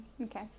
Okay